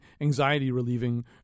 anxiety-relieving